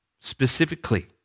specifically